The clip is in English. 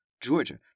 Georgia